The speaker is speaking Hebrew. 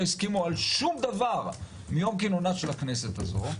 הסכימו על שום דבר מיום כינונה של הכנסת הזאת,